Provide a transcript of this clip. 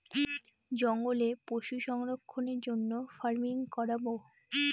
জঙ্গলে পশু সংরক্ষণের জন্য ফার্মিং করাবো